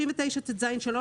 39טז(3),